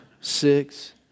six